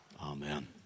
Amen